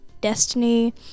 Destiny